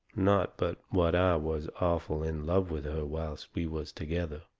not but what i was awful in love with her whilst we was together.